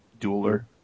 dueler